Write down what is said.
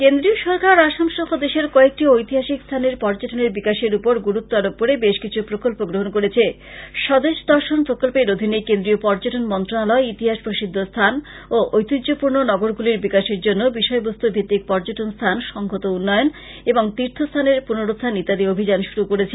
কেন্দ্রীয় সরকার আসাম সহ দেশের কয়েকটি ঐতিহাসিক স্থানের পর্যটনের বিকাশের ওপর গুরুত্ব আরোপ করে বেশ কিছু প্রকল্প গ্রহন করেছে স্বদেশ দর্শন প্রকল্পের অধীনে কেন্দ্রীয় পর্যটন মন্ত্রনালয় ইতিহাস প্রসিদ্ধ স্থান ও ঐতিহ্যপূর্ন নগরগুলির বিকাশের জন্য বিষয়বস্তু ভিত্তিক পর্যটন স্থান সংহত উন্নয়ন এবং তীর্থ স্থানের পুনরুখান ইত্যাদি অভিযান শুরু করেছে